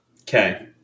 Okay